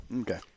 Okay